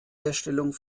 herstellung